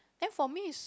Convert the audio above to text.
then for me it's